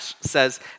says